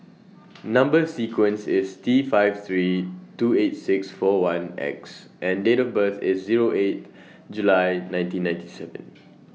Number sequence IS T five three two eight six four one X and Date of birth IS Zero eight July nineteen ninety seven